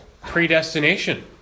predestination